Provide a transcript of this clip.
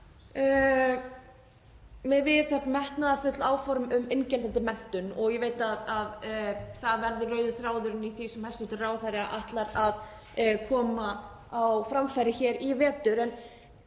með viðhöfn metnaðarfull áform um inngildandi menntun og ég veit að það verður rauði þráðurinn í því sem hæstv. ráðherra ætlar að koma á framfæri hér í vetur.